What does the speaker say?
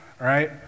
right